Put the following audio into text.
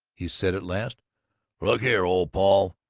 he said at last look here, old paul,